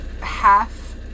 half